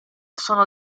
sono